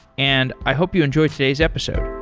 and i hope you enjoy today's episode.